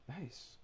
Nice